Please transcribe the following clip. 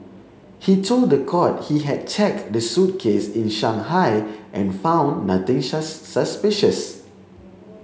he told the court he had checked the suitcase in Shanghai and found nothing suspicious